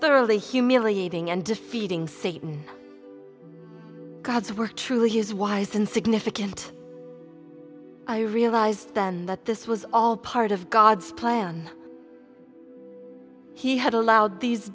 thoroughly humiliating and defeating satan god's work truly is wise and significant i realized then that this was all part of god's plan he had allowed these